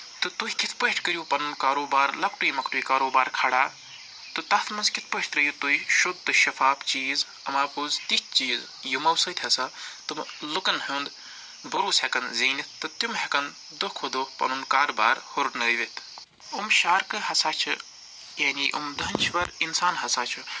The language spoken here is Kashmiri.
تہٕ تُہۍ کِتھ پٲٹھۍ کٔرِو پنُن کارو بار لۄکٹُے مۄکٹُے کاروبار کھڑا تہٕ تتھ منٛز کِتھ پٲٹھۍ ترٛٲیِو تُہۍ شُد تہٕ شِفاف چیٖز اَما پوٚز تِتھ چیٖز یِمو سۭتۍ ہَسا تہٕ لُکن ہُنٛد بروسہٕ ہٮ۪کن زیٖنِتھ تہٕ تِم ہٮ۪کن دۄہ کھۄ دۄہ پنُن کارٕبار ہُرنٲوِتھ یِم شارکہٕ ہَسا چھِ یعنی یِم دانِشوَر اِنسان ہَسا چھِ